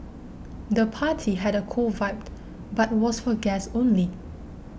the party had a cool vibe but was for guests only